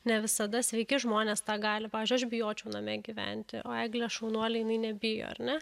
ne visada sveiki žmonės tą gali pavyzdžiui aš bijočiau name gyventi o eglė šaunuolė jinai nebijo ar ne